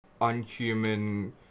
unhuman